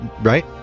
right